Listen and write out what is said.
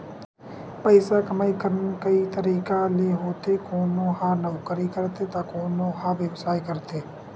पइसा कमई करना कइ तरिका ले होथे कोनो ह नउकरी करथे त कोनो ह बेवसाय करथे